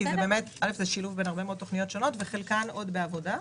כי מדובר בשילוב בין הרבה מאוד תכניות שונות שחלקן עוד בעבודה.